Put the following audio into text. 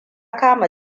kama